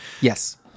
Yes